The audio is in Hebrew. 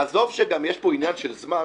עזוב שגם יש פה עניין של זמן,